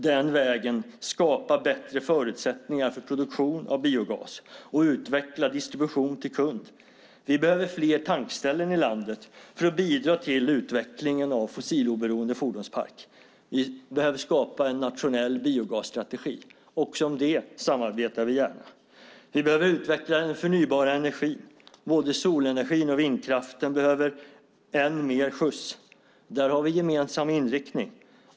Den vägen kan vi skapa bättre förutsättning för produktion av biogas och utveckla distributionen till kunderna. Vi behöver fler tankställen i landet för att bidra till utvecklingen av en fossiloberoende fordonspark. Vi behöver skapa en nationell biogasstrategi. Vi samarbetar gärna om det också. Vi behöver utveckla den förnybara energin. Både solenergin och vindkraften behöver än mer skjuts. Där har vi en gemensam inriktning.